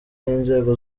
n’inzego